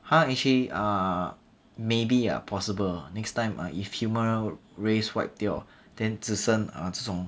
他 actually uh maybe ah possible next time ah if human race wipe 掉 then 只剩 err 这种